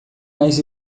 mais